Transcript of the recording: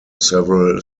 several